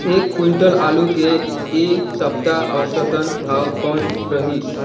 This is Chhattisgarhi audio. एक क्विंटल आलू के ऐ सप्ता औसतन भाव कौन रहिस?